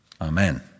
Amen